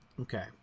Okay